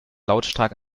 lautstark